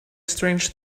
strange